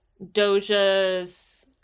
Doja's